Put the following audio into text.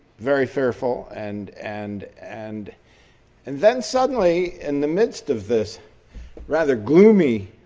very fearful and and and and then suddenly in the midst of this rather gloomy